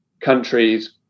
countries